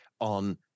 on